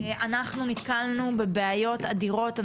אנחנו נתקלנו בבעיות אדירות.